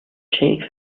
chief